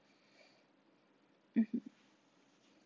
mmhmm